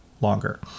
longer